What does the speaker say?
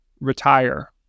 retire